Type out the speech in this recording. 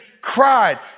cried